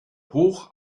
hoch